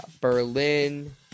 Berlin